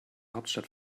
hauptstadt